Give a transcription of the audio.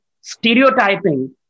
stereotyping